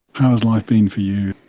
how's life been for you